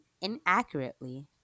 inaccurately